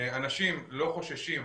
אנשים לא חוששים.